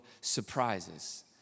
surprises